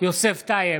יוסף טייב,